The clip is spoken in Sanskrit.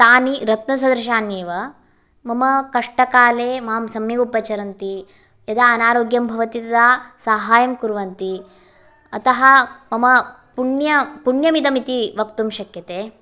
तानि रत्नसदृशान्येव मम कष्टकाले मां सम्यगुपचरन्ति यदा अनारोग्यं तदा साहायं कुर्वन्ति अतः मम पुण्यमिदमिति वक्तुं शक्यते